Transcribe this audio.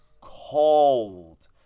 cold